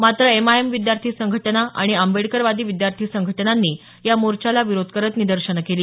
मात्र एमआयएम विद्यार्थी संघटना आणि आंबेडकरवादी विद्यार्थी संघटनांनी या मोर्चाला विरोध करत निदर्शनं केली